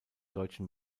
deutschen